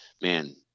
man